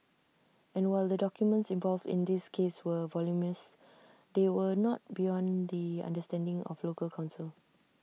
and while the documents involved in this case were voluminous they were not beyond the understanding of local counsel